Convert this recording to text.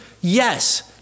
Yes